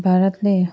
भारतले